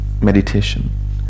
meditation